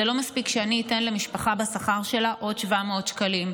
זה לא מספיק שאני אתן למשפחה בשכר שלה עוד 700 שקלים,